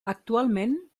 actualment